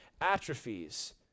atrophies